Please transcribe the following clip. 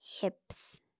hips